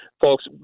Folks